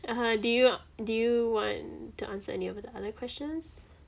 (uh huh) do you do you want to answer any of the other questions